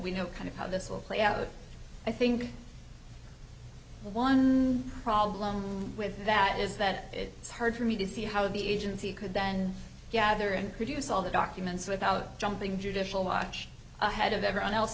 we know kind of how this will play out i think one problem with that is that it's hard for me to see how the agency could then gather and produce all the documents without jumping judicial watch ahead of everyone else